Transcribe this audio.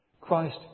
Christ